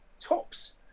tops